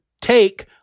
take